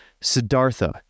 Siddhartha